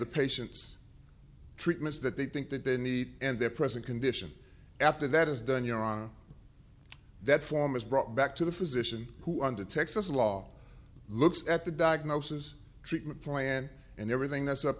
the patient's treatments that they think that they need and their present condition after that is done you're on a that form is brought back to the physician who under texas law looks at the diagnosis treatment plan and everything that's up